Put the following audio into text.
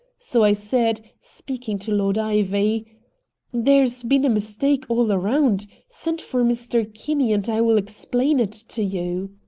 so i said, speaking to lord ivy there's been a mistake all around send for mr. kinney and i will explain it to you.